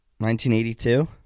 1982